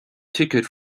ticket